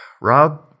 Rob